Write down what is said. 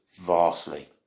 vastly